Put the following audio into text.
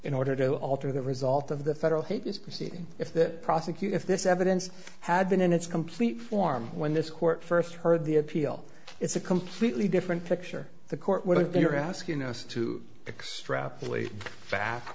in order to alter the result of the federal hate this proceeding if the prosecutor if this evidence had been in its complete form when this court first heard the appeal it's a completely different picture the court what you're asking us to extrapolate pfa